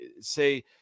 say